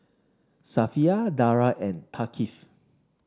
Safiya Dara and Thaqif